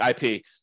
IP